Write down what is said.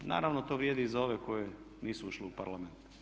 Naravno to vrijedi i za ove koje nisu ušle u Parlament.